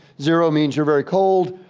zero means you're very cold.